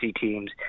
teams